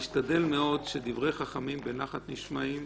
נשתדל מאוד ש"דברי חכמים בנחת נשמעים"